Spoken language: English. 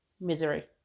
Misery